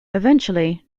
eventually